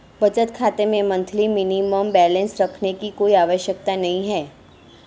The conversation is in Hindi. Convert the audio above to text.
बचत खाता में मंथली मिनिमम बैलेंस रखने की कोई आवश्यकता नहीं है